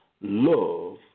love